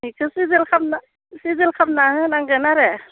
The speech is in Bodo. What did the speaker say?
बिखौ सिजोल खालामना सिजोल खालामना होनांगोन आरो